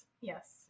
Yes